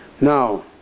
Now